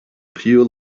pure